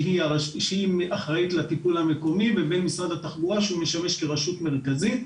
שהיא אחראית לטיפול המקומי ובין משרד התחבורה שהוא משמש כרשות מרכזית.